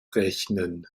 rechnen